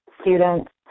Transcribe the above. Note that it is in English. students